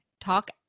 talk